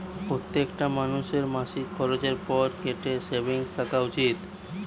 প্রত্যেকটা মানুষের মাসিক খরচের পর গটে সেভিংস থাকা উচিত